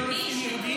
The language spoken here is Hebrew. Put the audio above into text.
גם טרוריסטים יהודים?